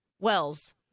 Wells